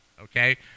okay